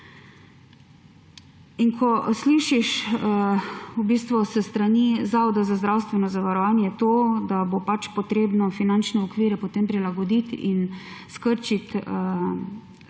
Ko slišiš s strani Zavoda za zdravstveno zavarovanje to, da bo pač treba finančne okvire potem prilagoditi in skrčiti